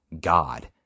God